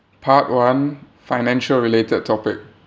part one financial related topic